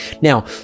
Now